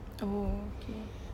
oh okay